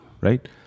Right